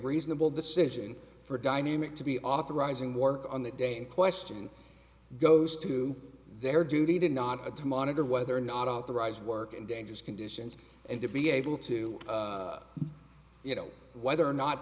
reasonable decision for a dynamic to be authorizing war on the day in question goes to their duty to not a to monitor whether or not authorized work in dangerous conditions and to be able to you know whether or not